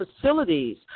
facilities